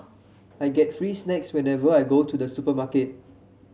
I get free snacks whenever I go to the supermarket